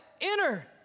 enter